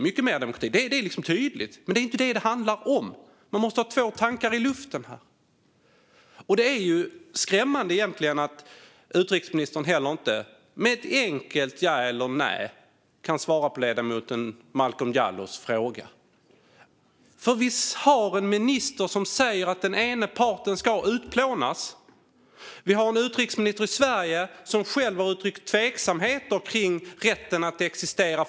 Men det är inte det detta handlar om. Man måste kunna tänka två tankar samtidigt. Det är skämmande att utrikesministern inte kan svara ett enkelt ja eller nej på Malcolm Jallows fråga. Vi har en israelisk minister som säger att den ena parten ska utplånas, och vi har en svensk utrikesminister som har uttryckt tveksamheter om Palestinas rätt att existera.